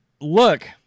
look